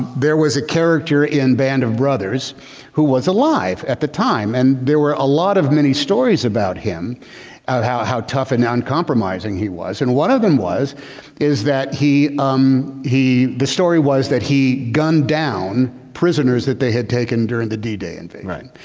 there was a character in band of brothers who was alive at the time and there were a lot of many stories about him how how tough and uncompromising he was and one of them was is that um the story was that he gunned down prisoners that they had taken during the d-day d-day invasion.